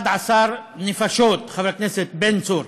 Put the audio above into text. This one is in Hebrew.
11 נפשות, חבר הכנסת בן צור,